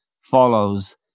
follows